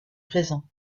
présent